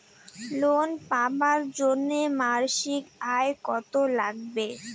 Loan পাবার জন্যে মাসিক আয় কতো লাগবে?